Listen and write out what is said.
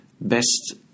best